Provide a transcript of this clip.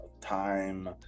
time